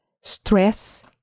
stress